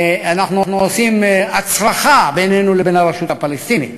אנחנו עושים הצרחה בינינו לבין הרשות הפלסטינית,